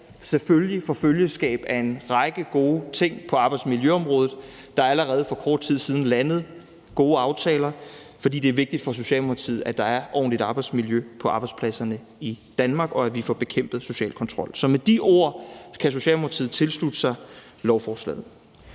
selvfølgelig får følgeskab af en række gode ting på arbejdsmiljøområdet. Der er allerede for kort tid siden landet gode aftaler, fordi det er vigtigt for Socialdemokratiet, at der er et ordentligt arbejdsmiljø på arbejdspladserne i Danmark, og at vi får bekæmpet social kontrol. Så med de ord kan Socialdemokratiet tilslutte sig lovforslaget.